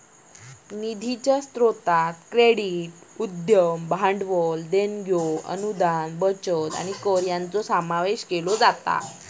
निधीच्या स्रोतांत क्रेडिट, उद्यम भांडवल, देणग्यो, अनुदान, बचत आणि कर यांचो समावेश होता